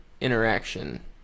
interaction